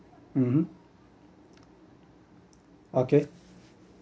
mmhmm okay